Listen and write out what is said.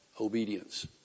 obedience